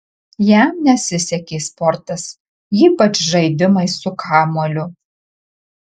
jam nesisekė sportas ypač žaidimai su kamuoliu